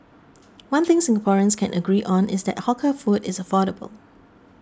one thing Singaporeans can agree on is that hawker food is affordable